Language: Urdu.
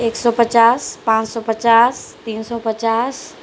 ایک سو پچاس پانچ سو پچاس تین سو پچاس